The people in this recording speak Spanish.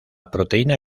proteína